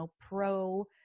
pro